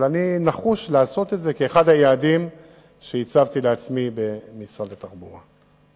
אבל אני נחוש לעשות את זה כאחד היעדים שהצבתי לעצמי במשרד התחבורה.